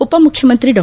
ಉಪಮುಖ್ಯಮಂತ್ರಿ ಡಾ